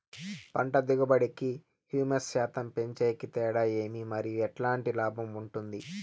పంట దిగుబడి కి, హ్యూమస్ శాతం పెంచేకి తేడా ఏమి? మరియు ఎట్లాంటి లాభం ఉంటుంది?